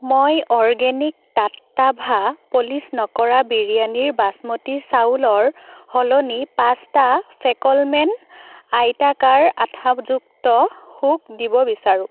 মই অৰ্গেনিক টাট্টাভা পলিচ নকৰা বিৰিয়ানীৰ বাচমতি চাউলৰ সলনি পাঁচটা ফেক'লমেন আয়তাকাৰ আঠাযুক্ত হুক দিব বিচাৰোঁ